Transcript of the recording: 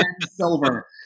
silver